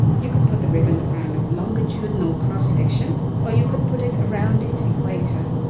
you could put the ribbon around a longitudinal cross-section or you could put it around its equator,